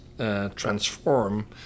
Transform